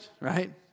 right